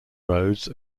roads